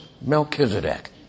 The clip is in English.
Melchizedek